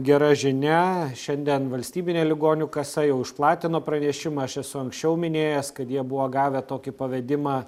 gera žinia šiandien valstybinė ligonių kasa jau išplatino pranešimą aš esu anksčiau minėjęs kad jie buvo gavę tokį pavedimą